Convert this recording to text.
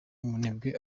umunebwe